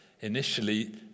Initially